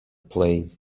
plane